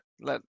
let